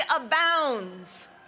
abounds